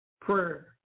Prayer